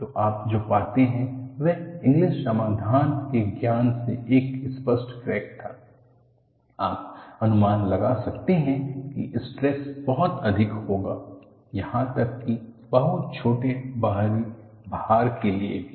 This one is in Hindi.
तो आप जो पाते हैं वह इंगलिस समाधान के ज्ञान से एक स्पष्ट क्रैक था आप अनुमान लगा सकते हैं कि स्ट्रेस बहुत अधिक होगा यहां तक कि बहुत छोटे बाहरी भार के लिए भी